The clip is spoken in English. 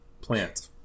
Plant